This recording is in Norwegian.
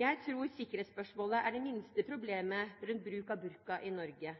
Jeg tror sikkerhetsspørsmålet er det minste problemet rundt bruk av burka i Norge,